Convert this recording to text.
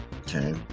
okay